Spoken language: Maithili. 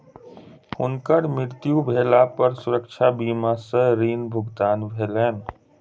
हुनकर मृत्यु भेला पर सुरक्षा बीमा सॅ ऋण भुगतान भेलैन